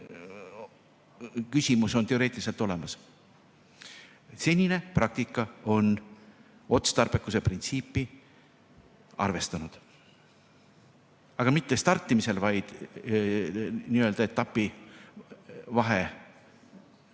küsimus on teoreetiliselt olemas. Senine praktika on otstarbekuse printsiipi arvestanud. Aga mitte startimisel, vaid n-ö etapi